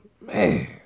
man